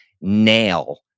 nail